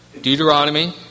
Deuteronomy